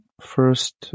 first